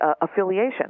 affiliation